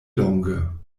longe